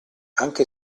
anche